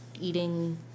eating